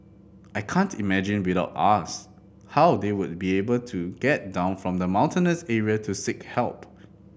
I can't imagine without us how they would be able to get down from the mountainous area to seek help